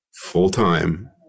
full-time